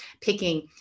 picking